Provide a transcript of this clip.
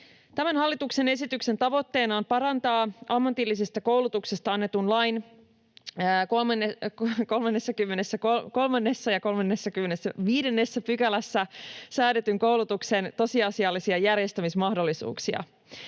hallituksen esityksen tavoitteena on parantaa ammatillisesta koulutuksesta annetun lain 33 ja 35 §:ssä säädetyn koulutuksen tosiasiallisia järjestämismahdollisuuksia.